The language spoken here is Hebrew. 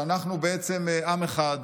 שאנחנו בעצם עם אחד,